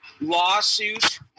lawsuit